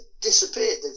disappeared